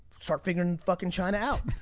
start figuring fucking china out.